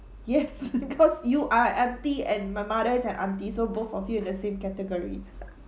yes because you are auntie and my mother is an auntie so both of you are the same category